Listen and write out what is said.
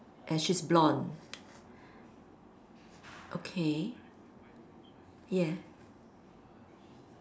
and she's blond okay yeah